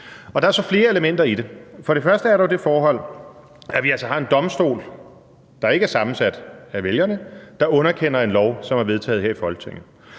Der er så flere elementer i det. For det første er der jo det forhold, at vi altså har en domstol, der ikke er sammensat af vælgerne, og som underkender en lov, som er vedtaget her i Folketinget.